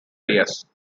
ideals